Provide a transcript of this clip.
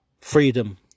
freedom